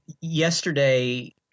yesterday